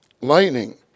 Lightning